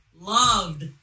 loved